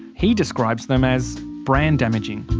he describes them as brand damaging.